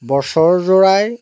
বছৰ জোৰাই